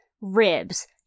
ribs